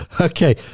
okay